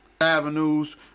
avenues